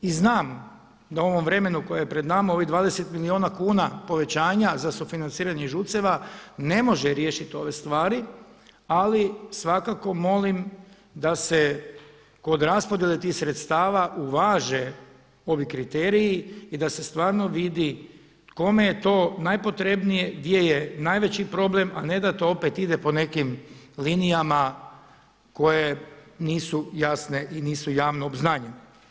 I znam da je u ovom vremenu koje je pred nama ovih 20 milijuna kuna povećanja za sufinanciranje ŽUC-eva ne može riješiti ove stvari ali svakako molim da se kod raspodjele tih sredstava uvaže ovi kriteriji i da se stvarno vidi kome je to najpotrebnije, gdje je najveći problem a ne da to opet ide po nekim linijama koje nisu jasne i nisu javno obznanjene.